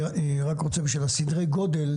אני רק רוצה, בשביל סדרי הגודל